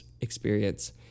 experience